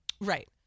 right